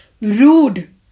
rude